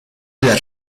las